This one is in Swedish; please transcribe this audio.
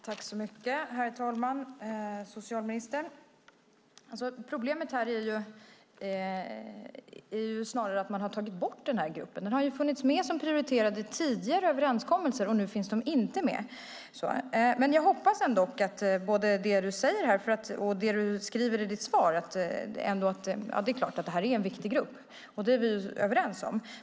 Herr talman! Problemet, socialministern, är snarare att man har tagit bort den här gruppen. Den har funnits med som prioriterad i tidigare överenskommelser, och nu finns den inte med. Jag hoppas ändå på det du säger här och det du skriver i ditt svar, att det här är en viktig grupp. Det är vi överens om.